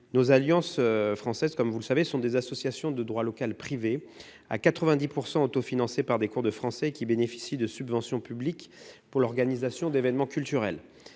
Les alliances françaises sont, vous le savez, des associations de droit local privé, autofinancées à 90 % par des cours de français. Elles bénéficient également de subventions publiques pour l'organisation d'événements culturels.